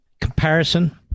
Comparison